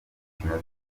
kimaze